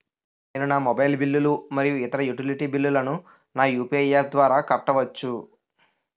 నేను నా మొబైల్ బిల్లులు మరియు ఇతర యుటిలిటీ బిల్లులను నా యు.పి.ఐ యాప్ ద్వారా కట్టవచ్చు